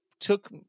took